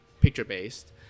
picture-based